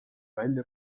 välja